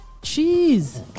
Cheese